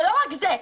ולא רק זה,